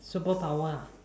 superpower ah